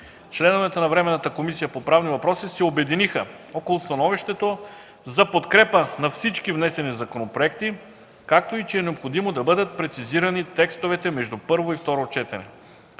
Членовете на Временната комисия по правни въпроси се обединиха около становището за подкрепа на всички внесени законопроекти, както и че е необходимо да бъдат прецизирани текстовете между първо и второ четене.